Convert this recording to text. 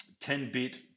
10-bit